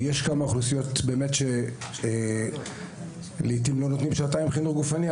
ויש כמה אוכלוסיות שלעיתים לא נותנים בהן שעתיים חינוך גופני,